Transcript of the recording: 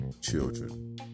children